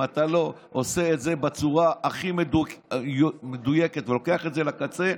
אם אתה לא עושה את זה בצורה הכי מדויקת ולוקח את זה לקצה,